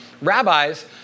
Rabbis